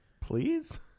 please